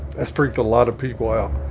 that's freaked a lot of people out.